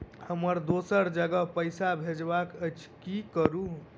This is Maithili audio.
हमरा दोसर जगह पैसा भेजबाक अछि की करू?